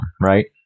right